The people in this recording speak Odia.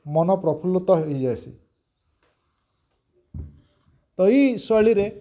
ମନ ପ୍ରଫୁଲ୍ଲିତ ହୋଇଯାଇସି ତ ଏଇ ଶୈଳୀରେ